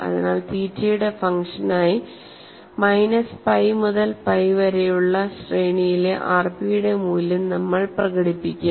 അതിനാൽ തീറ്റയുടെ ഒരു ഫംഗ്ഷനായി മൈനസ് പൈ മുതൽ പൈ വരെയുള്ള ശ്രേണിയിലെ ആർപിയുടെ മൂല്യം നമ്മൾ പ്രകടിപ്പിക്കും